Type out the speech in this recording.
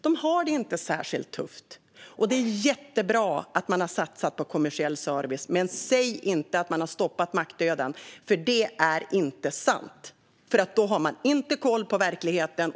De har det inte särskilt tufft. Det är jättebra att mackarna har satsat på kommersiell service. Men säg inte att man har stoppat mackdöden, för det är inte sant. Då har man inte koll på verkligheten.